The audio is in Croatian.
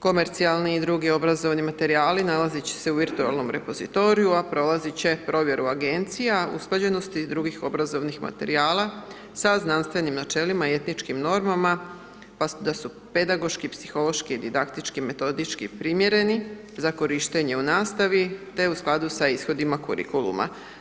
Komercijalni i drugi obrazovni materijali nalazit će se u virtualnom repozitoriju, a prolazit će provjeru agencija usklađenosti drugih obrazovnih materijala sa znanstvenim načelima i etičkim normama, pa da su pedagoški, psihološki i didaktički, metodički primjereni za korištenje u nastavi te u skladu sa ishodima kurikuluma.